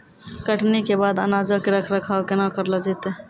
कटनी के बाद अनाजो के रख रखाव केना करलो जैतै?